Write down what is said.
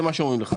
זה מה שאומרים לך.